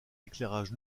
éclairage